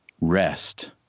rest